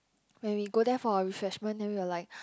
when we go there for our refreshment then we were like